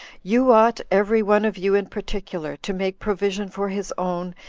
you ought, every one of you in particular, to make provision for his own,